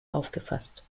aufgefasst